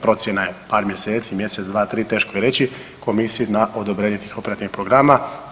Procjena je par mjeseci, mjesec, dva, tri, teško je reći Komisiji na odobrenje tih operativnih programa.